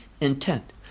intent